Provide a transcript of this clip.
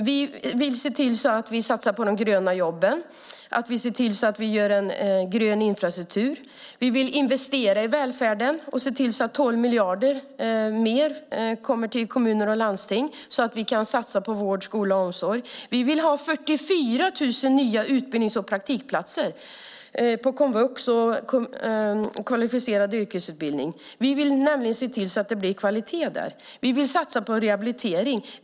Vi vill se till att vi satsar på de gröna jobben och att vi gör en grön infrastruktur. Vi vill investera i välfärden och se till att 12 miljarder mer kommer till kommuner och landsting, så att vi kan satsa på vård, skola och omsorg. Vi vill ha 44 000 nya utbildnings och praktikplatser på komvux och kvalificerad yrkesutbildning. Vi vill nämligen se till att det blir kvalitet där. Vi vill satsa på rehabilitering.